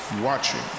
watching